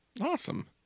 Awesome